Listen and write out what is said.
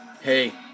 Hey